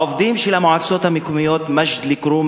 העובדים של המועצות המקומיות מג'ד-אל-כרום